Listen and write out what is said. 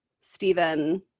Stephen